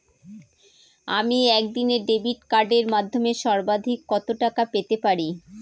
আমি একদিনে ডেবিট কার্ডের মাধ্যমে সর্বাধিক কত টাকা পেতে পারি?